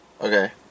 Okay